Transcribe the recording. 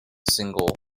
single